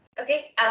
Okay